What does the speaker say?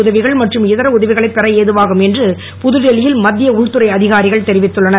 உதவிகள் மற்றும் இதர உதவிகளைப் பெற ஏதுவாகும் என்று புதுடெல்லியில் மத்திய உள்துறை அதிகாரிகள் தெரிவித்துள்ளனர்